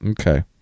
Okay